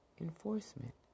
enforcement